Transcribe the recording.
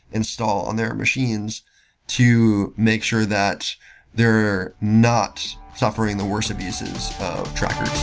install on their machines to make sure that they're not suffering the worst abuses of trackers